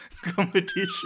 competition